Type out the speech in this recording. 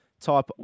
type